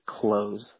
close